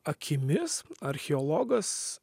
akimis archeologas